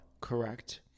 Correct